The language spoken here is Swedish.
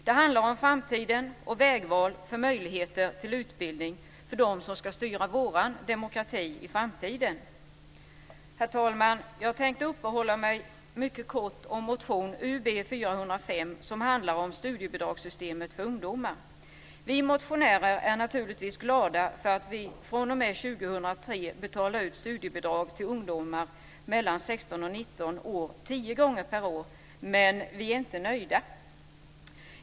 Det handlar om framtiden och vägval för möjligheter till utbildning för dem som ska styra vår demokrati i framtiden. Herr talman! Jag tänkte uppehålla mig mycket kort vid motion Ub405, som handlar om studiebidragssystemet för ungdomar. Vi motionärer är naturligtvis glada för att vi fr.o.m. 2003 betalar ut studiebidrag till ungdomar mellan 16 och 19 år tio gånger per år. Men vi är inte nöjda.